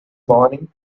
morning